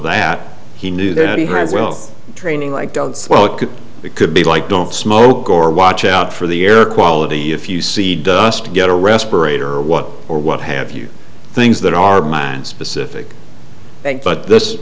that he knew that he has well training like don't swallow it could it could be like don't smoke or watch out for the air quality if you see dust get a respirator or what or what have you things that are mind specific that but this